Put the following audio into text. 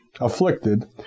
afflicted